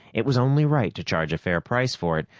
it was only right to charge a fair price for it,